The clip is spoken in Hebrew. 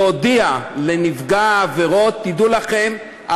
להודיע לנפגעי העבירות: תדעו לכם,